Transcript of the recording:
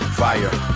fire